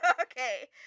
okay